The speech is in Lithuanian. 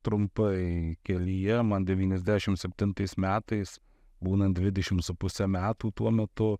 trumpai kelyje man devyniasdešim septintais metais būnant dvidešim su puse metų tuo metu